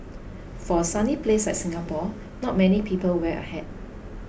for a sunny place like Singapore not many people wear a hat